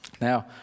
Now